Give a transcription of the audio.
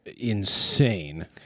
insane